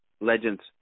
legends